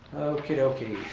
okey dokey.